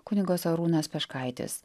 kunigas arūnas peškaitis